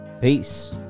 Peace